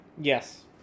Yes